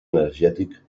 energètic